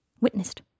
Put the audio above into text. Witnessed